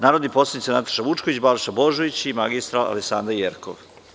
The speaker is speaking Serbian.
Narodni poslanici Nataša Vučković, Balša Božović i mr Aleksandra Jerkov.